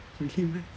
really meh